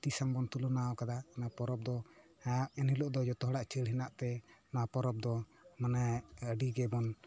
ᱦᱟᱹᱛᱤ ᱥᱟᱶ ᱵᱚᱱ ᱛᱩᱞᱚᱱᱟᱣ ᱠᱟᱫᱟ ᱚᱱᱟ ᱯᱚᱨᱚᱵᱽ ᱫᱚ ᱦᱮᱸ ᱮᱱᱦᱤᱞᱳᱜ ᱫᱚ ᱡᱚᱛᱚ ᱦᱚᱲᱟᱜ ᱪᱷᱟᱹᱲ ᱦᱮᱱᱟᱜ ᱛᱮ ᱱᱚᱣᱟ ᱯᱚᱨᱚᱵᱽ ᱫᱚ ᱢᱟᱱᱮ ᱟᱹᱰᱤ ᱜᱮᱵᱚᱱ